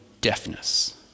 deafness